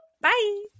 Bye